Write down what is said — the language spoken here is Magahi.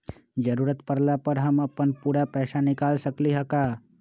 जरूरत परला पर हम अपन पूरा पैसा निकाल सकली ह का?